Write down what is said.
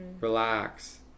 Relax